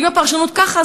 ואם הפרשנות ככה,